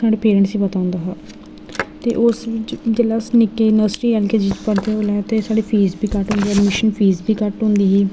साढ़े पेरेंटस गी पता होंदा हा ते ओह् उस च ओह् जिसलै अस निक्के होंदे हे नर्सरी एलकेजी च पढ़दे होंदे हे उसलै साढ़ी फीस बी घट्ट होंदी ही एडमिशन फीस बी कट्ट होंदी ही